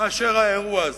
מאשר האירוע הזה.